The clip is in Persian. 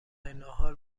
ناهار